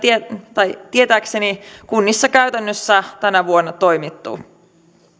tietääkseni kunnissa käytännössä tänä vuonna toimittu